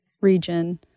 region